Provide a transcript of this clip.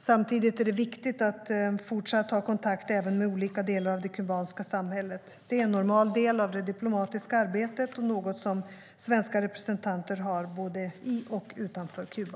Samtidigt är det viktigt att fortsatt ha kontakt med olika delar av det kubanska samhället. Det är en normal del av det diplomatiska arbetet och något som svenska representanter har både i och utanför Kuba.